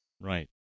Right